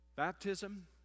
baptism